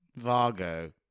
Vargo